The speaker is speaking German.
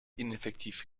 ineffektiv